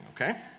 okay